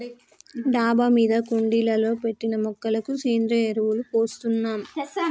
డాబా మీద కుండీలలో పెట్టిన మొక్కలకు సేంద్రియ ఎరువులు పోస్తున్నాం